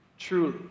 Truly